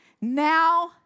Now